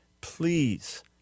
please